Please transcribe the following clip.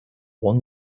one